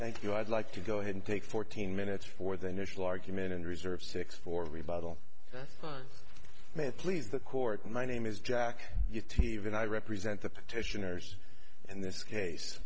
thank you i'd like to go ahead and take fourteen minutes for the national argument and reserve six for rebuttal may it please the court my name is jack you teevan i represent the petitioners in this case